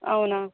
అవునా